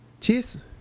Cheers